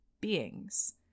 beings